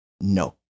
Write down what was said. No